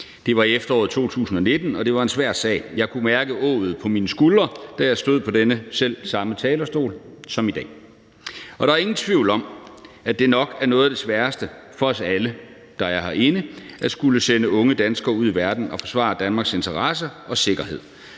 Det var i efteråret 2019, og det var en svær sag. Jeg kunne mærke åget på mine skuldre, da jeg stod på den selv samme talerstol som i dag. Og der er ingen tvivl om, at det nok er noget af det sværeste for os alle, der er herinde, at skulle sende unge danskere ud i verden for at forsvare Danmarks interesser og sikkerhed.